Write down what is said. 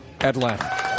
Atlanta